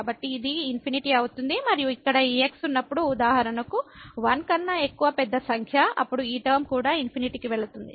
కాబట్టి ఇది ∞ అవుతుంది మరియు ఇక్కడ ఈ x ఉన్నప్పుడు ఉదాహరణకు 1 కన్నా ఎక్కువ పెద్ద సంఖ్య అప్పుడు ఈ టర్మ కూడా ∞ కి వెళుతుంది